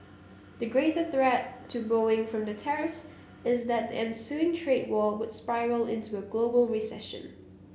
the greater threat to Boeing from the tariffs is that ensuing trade war were spiral into a global recession